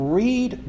read